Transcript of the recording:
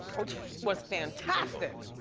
which was fantastic.